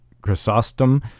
Chrysostom